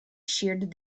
sheared